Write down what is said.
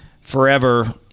forever